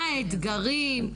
מה האתגרים,